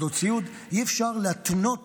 שבעבודות סיעוד, אי-אפשר להתנות